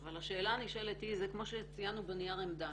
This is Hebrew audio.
אבל השאלה הנשאלת היא, זה כמו שציינו בנייר עמדה,